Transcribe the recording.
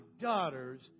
daughters